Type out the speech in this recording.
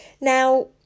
Now